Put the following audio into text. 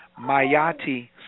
Mayati